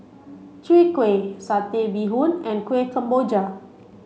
Chwee Kueh Satay Bee Hoon and Kueh Kemboja